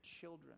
children